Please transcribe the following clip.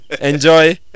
Enjoy